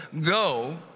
go